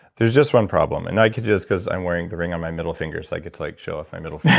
there's just one problem and i get this, because i'm wearing the ring on my middle finger. so i get to like show off my middle